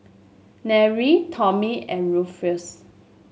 Nery Tommy and Rufus